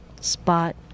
spot